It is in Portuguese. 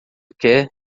quer